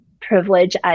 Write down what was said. privilege